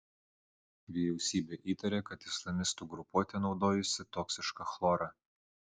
vyriausybė įtaria kad islamistų grupuotė naudojusi toksišką chlorą